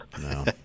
No